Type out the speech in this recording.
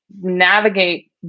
navigate